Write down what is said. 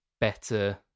better